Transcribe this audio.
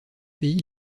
pays